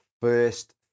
first